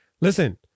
Listen